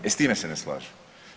E s time se ne slažem.